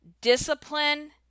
Discipline